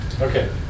okay